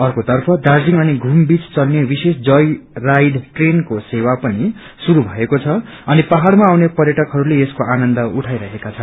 अर्को तर्फ दार्जीलिङ अनि घूम बीच चल्ने विशेष जोय राइड ट्रेनको सेवा पनि शुरू भएको छ अनि पहाड़मा आउने पर्यटकहरूले यसको आनन्द उठाइरहेका छन्